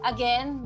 Again